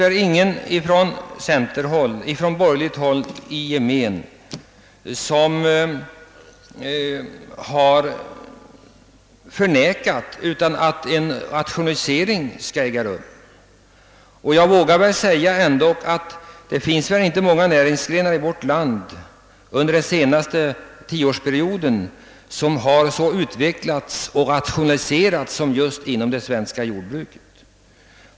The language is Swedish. Det finns väl ingen på borgerligt håll i gemen som har förnekat att en rationalisering har ägt rum och ständigt fortgår. Jag vågar säga att det inte finns många näringsgrenar i vårt land som under den senaste tioårsperioden så utvecklats och rationaliserats som just det svenska jordbruket.